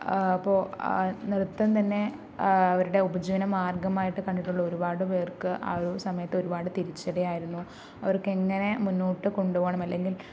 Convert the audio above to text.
അപ്പോൾ നൃത്തം തന്നേ അവരുടെ ഉപജീവനമാർഗമായിട്ട് കണ്ടിട്ടുള്ള ഒരുപാട് പേർക്ക് ആ ഒരു സമയത്ത് ഒരുപാട് തിരിച്ചടി ആയിരുന്നു അവർക്ക് എങ്ങനെ മുന്നോട്ടു കൊണ്ടു പോകണം അല്ലെങ്കിൽ